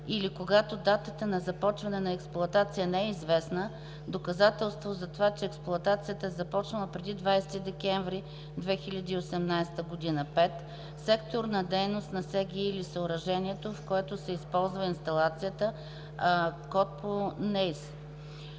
или когато датата на започване на експлоатация не е известна, доказателство за това, че експлоатацията e започнала преди 20 декември 2018 г.; 5. сектор на дейност на СГИ или съоръжението, в което се използва инсталацията (код